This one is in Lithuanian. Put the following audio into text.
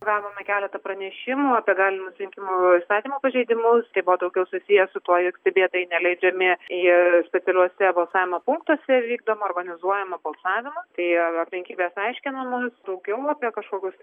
gavome keletą pranešimų apie galimus rinkimų įstatymo pažeidimus tai buvo daugiau susiję su tuo jog stebėtojai neįleidžiami į specialiuose balsavimo punktuose vykdomą organizuojamą balsavimą tai aplinkybės aiškinamos daugiau apie kažkokius